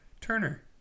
Turner